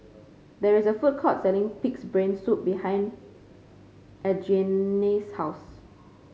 there is a food court selling pig's brain soup behind Adriene's house